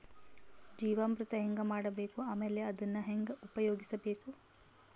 ಜೀವಾಮೃತ ಹೆಂಗ ಮಾಡಬೇಕು ಆಮೇಲೆ ಅದನ್ನ ಹೆಂಗ ಉಪಯೋಗಿಸಬೇಕು?